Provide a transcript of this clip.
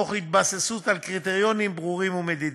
תוך התבססות על קריטריונים ברורים ומדידים,